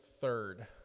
third